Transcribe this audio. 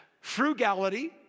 Frugality